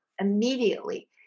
immediately